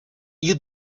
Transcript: you